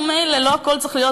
ממילא לא הכול צריך להיות,